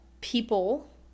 people